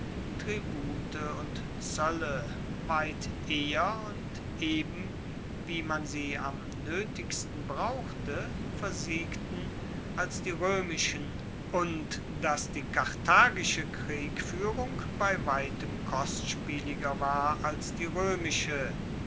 tribute und zoelle weit eher und eben wenn man sie am noetigsten brauchte versiegten als die roemischen und dass die karthagische kriegfuehrung bei weitem kostspieliger war als die roemische